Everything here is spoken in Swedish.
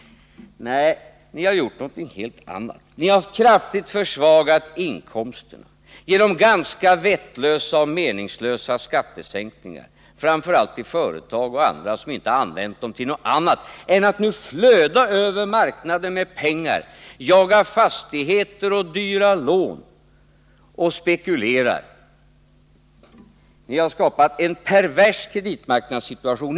Nej, ni har gjort någonting helt annat. Ni har kraftigt försvagat inkomsterna genom ganska vettlösa och meningslösa skattesänkningar, framför allt för företag och andra som inte har använt dem till någonting annat än att låta marknaden överflöda av pengar, jaga fastigheter och dyra lån och spekulera. Ni har skapat en pervers kreditmarknadssituation.